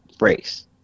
race